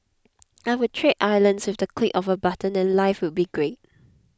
I would trade islands with the click of a button and life would be great